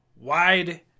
Wide